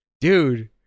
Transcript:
dude